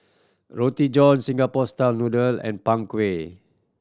Roti John Singapore style noodle and Png Kueh